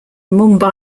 mumbai